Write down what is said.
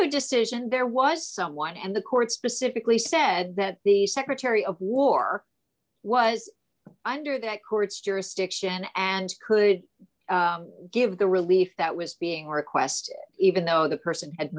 the decision there was someone and the court specifically said that the secretary of war was under that court's jurisdiction and could give the relief that was being request even though the person had